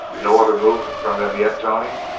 no other move from them yet, johnny?